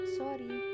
sorry